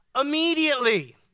Immediately